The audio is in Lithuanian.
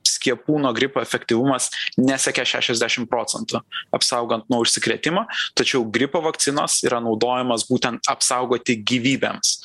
skiepų nuo gripo efektyvumas nesiekia šešiasdešim procentų apsaugant nuo užsikrėtimo tačiau gripo vakcinos yra naudojamos būtent apsaugoti gyvybėms